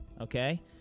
okay